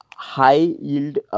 high-yield